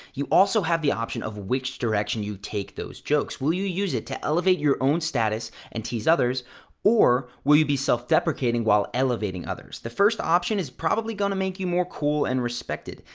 you also have the option of which direction you'd take those jokes. will you use it to elevate your own status and tease others or will you be self-deprecating while elevating others. the first option is probably gonna make you more cool and respected.